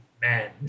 man